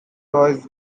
toys